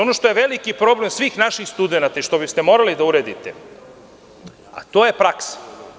Ono što je veliki problem svih naših studenata i što biste morali da uredite, to je praksa.